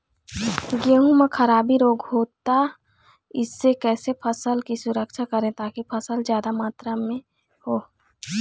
गेहूं म खराबी रोग होता इससे कैसे फसल की सुरक्षा करें ताकि फसल जादा मात्रा म हो?